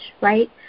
right